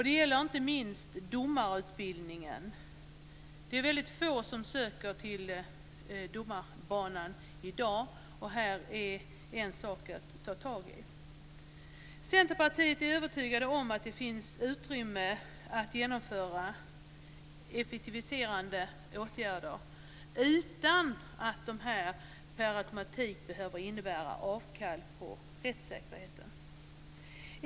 Det gäller inte minst domarutbildningen. Det är få som söker till domarbanan i dag. Det är en sak att ta tag i. Centerpartiet är övertygat om att det finns utrymme att genomföra effektiviserande åtgärder utan att dessa per automatik behöver innebära avkall på rättssäkerheten.